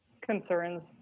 concerns